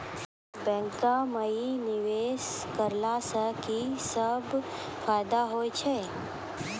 बैंको माई निवेश कराला से की सब फ़ायदा हो छै?